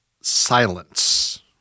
Silence